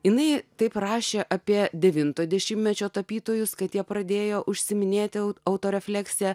jinai taip rašė apie devinto dešimtmečio tapytojus kad jie pradėjo užsiiminėti autorė fleksija